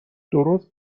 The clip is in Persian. درست